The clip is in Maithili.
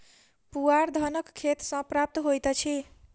पुआर धानक खेत सॅ प्राप्त होइत अछि